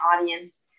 audience